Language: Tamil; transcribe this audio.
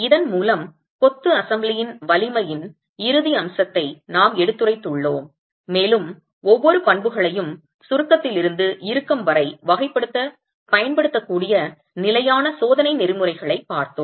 இதன் மூலம் கொத்து அசெம்பிளியின் வலிமையின் இறுதி அம்சத்தை நாம் எடுத்துரைத்துள்ளோம் மேலும் ஒவ்வொரு பண்புகளையும் சுருக்கத்திலிருந்து இறுக்கம் வரை வகைப்படுத்தப் பயன்படுத்தக்கூடிய நிலையான சோதனை நெறிமுறைகளைப் பார்த்தோம்